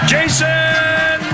Jason